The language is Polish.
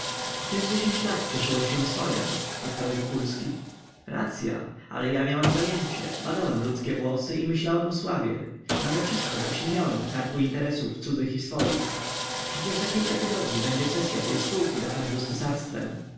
ty z dziesięć lat cieszyłeś się swojem odparł wokulski racya ale ja miałem zajęcie badałem ludzkie włosy i myślałem o sławie nade wszystko zaś nie miałem na karku interesów cudzych i swoich przecież za kilka tygodni będzie sesya tej spółki do handlu z